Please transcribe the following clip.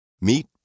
Meet